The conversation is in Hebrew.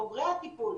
בוגרי הטיפול,